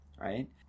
right